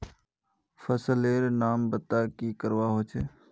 फसल लेर नाम बता की करवा होचे?